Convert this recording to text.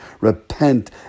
Repent